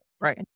right